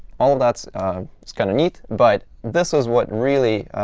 all of that's that's kind of neat. but this is what really